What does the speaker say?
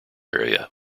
area